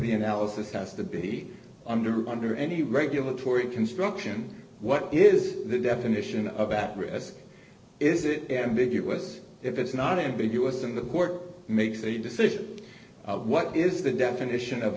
the analysis has to be under under any regulatory construction what is the definition of at risk is it ambiguous if it's not ambiguous and the court makes a decision what is the definition of